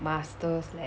master's leh